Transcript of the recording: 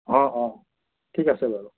অ' অ' ঠিক আছে বাৰু